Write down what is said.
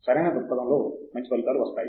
సరైన దృక్పథంలో మంచి ఫలితాలు వస్తాయి